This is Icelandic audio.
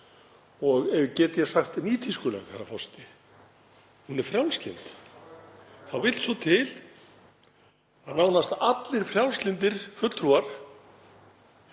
og get ég sagt nýtískuleg, herra forseti, hún er frjálslynd — þá vill svo til að nánast allir frjálslyndir fulltrúar